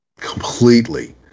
completely